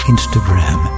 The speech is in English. Instagram